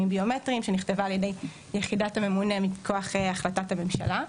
ביומטריים שנכתבה ע"י יחידת הממונה מכוח החלטת הממשלה.